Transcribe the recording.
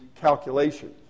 calculation